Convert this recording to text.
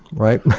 right?